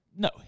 No